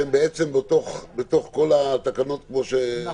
זה אומר שהם בתוך כל התקנות --- נכון.